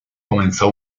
comenzó